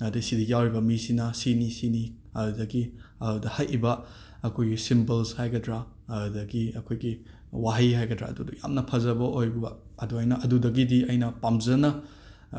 ꯑꯗꯒꯤ ꯁꯤꯗ ꯌꯥꯎꯔꯤꯕ ꯃꯤꯁꯤꯅ ꯁꯤꯅꯤ ꯁꯤꯅꯤ ꯑꯗꯨꯗꯒꯤ ꯑꯗꯨꯗ ꯍꯛꯏꯕ ꯑꯩꯈꯣꯏꯒꯤ ꯁꯤꯝꯕꯜꯁ ꯍꯥꯏꯒꯗ꯭ꯔꯥ ꯑꯗꯒꯤ ꯑꯩꯈꯣꯏꯒꯤ ꯋꯥꯍꯩ ꯍꯥꯏꯒꯗ꯭ꯔꯥ ꯑꯗꯨꯗꯣ ꯌꯥꯝꯅ ꯐꯖꯕ ꯑꯣꯏꯕ ꯑꯗꯨꯃꯥꯏꯅ ꯑꯗꯨꯗꯒꯤꯗꯤ ꯑꯩꯅ ꯄꯥꯝꯖꯅ